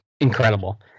incredible